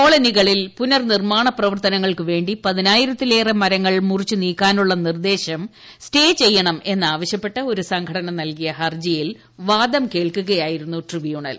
കോളനികളിൽ പുനർ നിർമ്മാണ പ്രവർത്തനങ്ങൾക്ക് വേണ്ടി പതിനായിരത്തിലേറെ മര ങ്ങൾ മുറിച്ചു നീക്കാനുള്ള നിർദ്ദേശം സ്റ്റേ ചെയ്യണം എന്നാവശ്യ പ്പെട്ട് ഒരു സംഘടന നൽകിയ ഹർജിയിൽ വാദം കേൾക്കുകയായി രുന്നു ട്രിബ്യൂണൽ